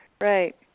right